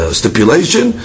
stipulation